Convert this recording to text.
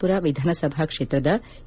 ಪುರ ವಿಧಾನಸಭಾ ಕ್ಷೇತ್ರದ ಎ